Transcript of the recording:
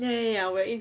ya ya ya 我有印象